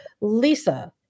Lisa